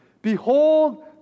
Behold